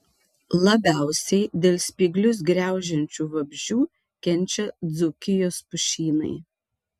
labiausiai dėl spyglius graužiančių vabzdžių kenčia dzūkijos pušynai